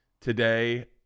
today